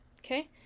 Okay